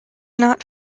not